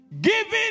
Giving